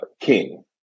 king